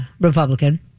Republican